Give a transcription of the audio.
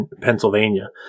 Pennsylvania